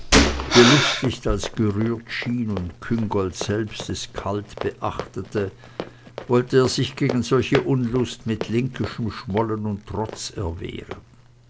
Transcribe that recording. belustigt als gerührt schien und küngolt selbst es kalt beachtete wollte er sich gegen solche unlust mit linkischem schmollen und trotz erwehren